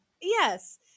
Yes